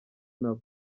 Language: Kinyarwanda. nabo